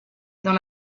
dans